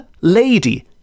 lady